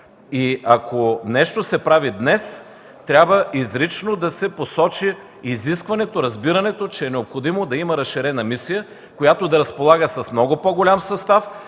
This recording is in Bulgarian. Ако днес се прави нещо, трябва изрично да се посочи изискването, разбирането, че е необходимо да има разширена мисия, която да разполага с много по-голям състав,